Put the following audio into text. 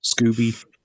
Scooby